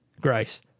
Grace